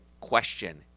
question